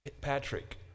Patrick